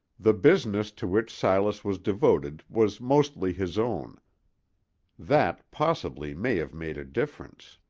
the business to which silas was devoted was mostly his own that, possibly, may have made a difference.